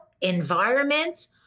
environment